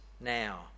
now